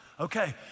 Okay